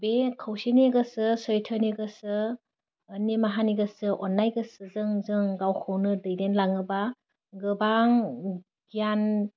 बे खौसेनि गोसो सौथोनि गोसो निमाहानि गोसो अननाय गोसोजों जों गावखौनो दैदेन लाङोबा गोबां गियान